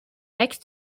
back